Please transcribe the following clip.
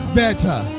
better